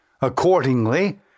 Accordingly